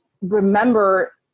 remember